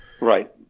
Right